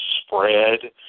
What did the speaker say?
spread